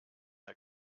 der